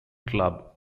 club